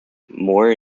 more